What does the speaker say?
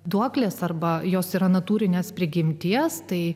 duoklės arba jos yra natūrinės prigimties tai